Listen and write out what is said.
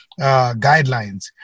guidelines